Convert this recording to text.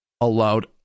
allowed